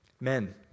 Men